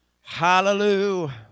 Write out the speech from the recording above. Hallelujah